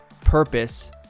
purpose